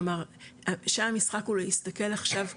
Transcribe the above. כלומר שם המשחק הוא להסתכל עכשיו קדימה,